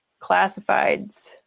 Classifieds